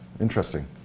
Interesting